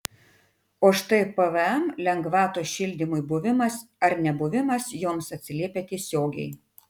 o štai pvm lengvatos šildymui buvimas ar nebuvimas joms atsiliepia tiesiogiai